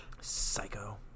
Psycho